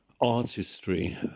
artistry